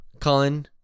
Colin